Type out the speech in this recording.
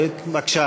בבקשה,